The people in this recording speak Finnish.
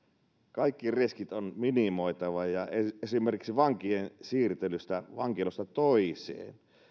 kaikki riskit on minimoitava ja esimerkiksi vankien siirtelystä vankilasta toiseen